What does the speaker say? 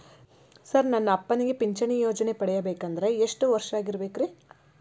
Sir ನನ್ನ ಅಪ್ಪನಿಗೆ ಪಿಂಚಿಣಿ ಯೋಜನೆ ಪಡೆಯಬೇಕಂದ್ರೆ ಎಷ್ಟು ವರ್ಷಾಗಿರಬೇಕ್ರಿ?